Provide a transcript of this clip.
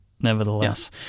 nevertheless